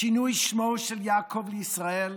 שינוי שמו של יעקב לישראל,